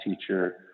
teacher